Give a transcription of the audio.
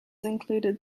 included